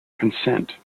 consent